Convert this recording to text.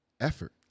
effort